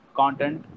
content